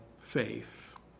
faith